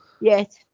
yes